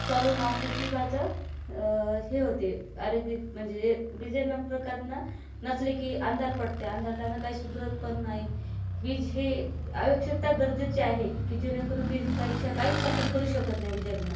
चालू नसली की माझं हे होते आरोग्य म्हणजे विजेना प्रकारनं नसले की अंधार पडते अंधारल्यानं काही सुधरत पण नाही वीज हे आयोक्षिता गरजेचे आहे की जेणेकरून वीजपेक्षा काहीच आपण करू शकत नाही विजेविना